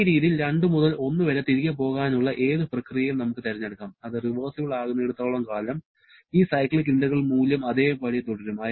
ഈ രീതിയിൽ 2 മുതൽ 1 വരെ തിരികെ പോകാനുള്ള ഏത് പ്രക്രിയയും നമുക്ക് തിരഞ്ഞെടുക്കാം അത് റിവേഴ്സിബിൾ ആകുന്നിടത്തോളം കാലം ഈ സൈക്ലിക് ഇന്റഗ്രൽ മൂല്യം അതേപടി തുടരും